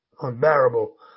unbearable